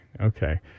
Okay